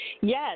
yes